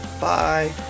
Bye